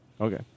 Okay